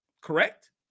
Correct